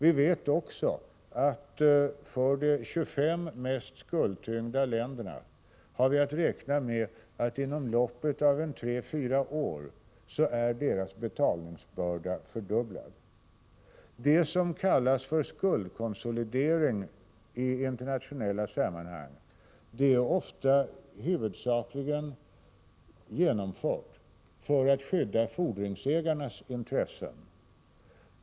Vi vet också att de 25 mest skuldtyngda länderna räknar med att deras betalningsbörda är fördubblad inom loppet av tre fyra år. Det som i internationella sammanhang kallas för skuldkonsolidering genomförs ofta huvudsakligen för att skydda fordringsägarnas intressen.